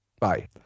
Bye